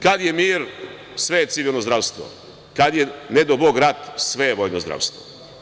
Kad je mir sve je civilno zdravstvo, kad je ne dao Bog rat sve je vojno zdravstvo.